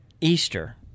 Easter